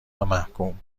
ومحکوم